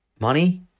money